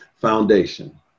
foundation